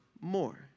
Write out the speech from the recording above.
more